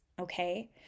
okay